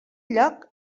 lloc